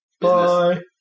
bye